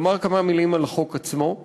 לומר כמה מילים על החוק עצמו.